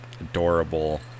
adorable